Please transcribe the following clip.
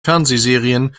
fernsehserien